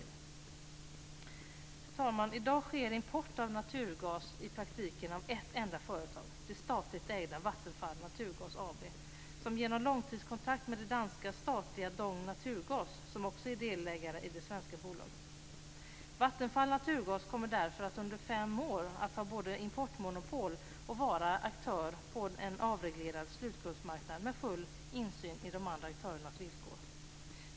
Fru talman! I dag sker import av naturgas i praktiken av ett enda företag - det statligt ägda Vattenfall Naturgas AB, genom långtidskontrakt med det danska statliga Dong Naturgas, som också är delägare i det svenska bolaget. Vattenfall Naturgas kommer därför att under fem år både ha importmonopol och vara aktör på en avreglerad slutkundsmarknad, med full insyn i de andra aktörernas villkor.